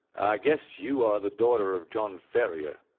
guess you are the daughter of john ferrier,